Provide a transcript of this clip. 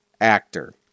actor